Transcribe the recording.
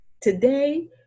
today